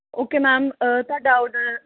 okay ma'am ਤੁਹਾਡਾ order